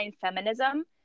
feminism